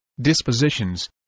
dispositions